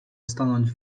stanąć